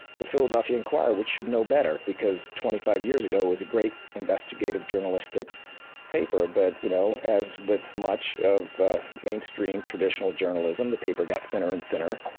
the philadelphia inquirer, which should know better because twenty five years ago was a great investigative journalistic paper, but you know, as with much of mainstream traditional journalism, the paper got thinner and thinner.